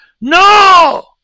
No